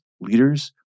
leaders